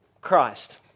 Christ